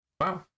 Wow